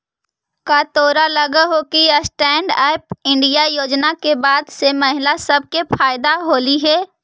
का तोरा लग हो कि स्टैन्ड अप इंडिया योजना के बाद से महिला सब के फयदा होलई हे?